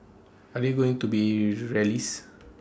are there going to be rallies